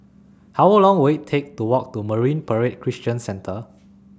How Long Will IT Take to Walk to Marine Parade Christian Centre